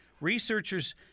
Researchers